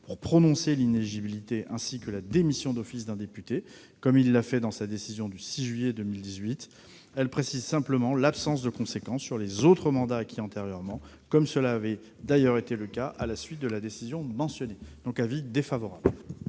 pour prononcer l'inéligibilité ainsi que la démission d'office d'un député, comme il l'a fait dans sa décision du 6 juillet 2018. Elle rend simplement explicite l'absence de conséquence sur les mandats acquis antérieurement, comme cela avait d'ailleurs été le cas à la suite de la décision mentionnée. Le Gouvernement